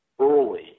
early